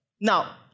Now